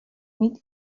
mít